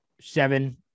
seven